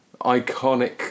iconic